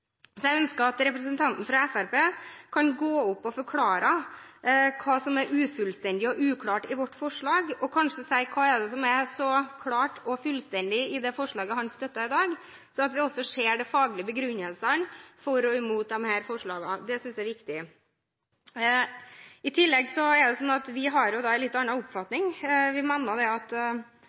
og forklare hva som er ufullstendig og uklart i vårt forslag, og kanskje si hva det er som er så klart og fullstendig i det forslaget han støtter i dag, sånn at vi også ser de faglige begrunnelsene for og imot disse forslagene. Det synes jeg er viktig. I tillegg er det sånn at vi har en litt annen oppfatning. Den innretningen som vi har i vårt forslag, som sier at